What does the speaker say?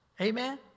Amen